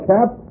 Cap